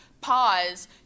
pause